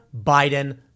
Biden